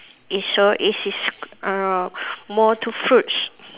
it's so it is uh more to fruits